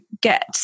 get